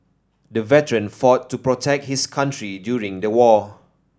the veteran fought to protect his country during the war